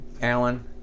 Alan